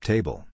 Table